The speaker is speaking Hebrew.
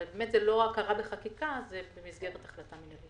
אבל באמת זאת לא הכרה בחקיקה אלא זה במסגרת החלטה מינהלית.